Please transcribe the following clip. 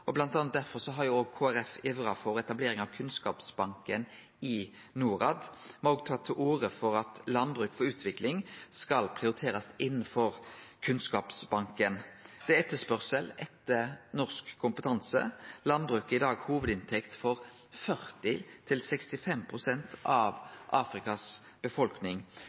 har òg Kristeleg Folkeparti ivra for etablering av Kunnskapsbanken i Norad. Me har òg tatt til orde for at landbruk og utvikling skal prioriterast innanfor Kunnskapsbanken. Det er etterspørsel etter norsk kompetanse. Landbruket i dag er hovudinntekt for 40 til 65 pst. av Afrikas befolkning.